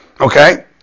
okay